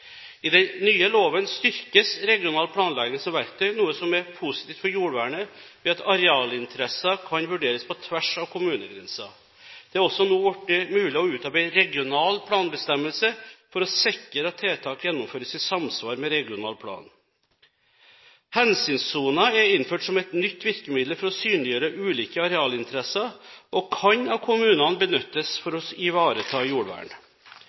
I den nye loven styrkes regional planlegging som verktøy, noe som er positivt for jordvernet ved at arealinteresser kan vurderes på tvers av kommunegrenser. Det er også nå blitt mulig å utarbeide regional planbestemmelse for å sikre at tiltak gjennomføres i samsvar med regional plan. Hensynssoner er innført som et nytt virkemiddel for å synliggjøre ulike arealinteresser, og kan av kommunene benyttes for å ivareta jordvern.